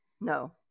No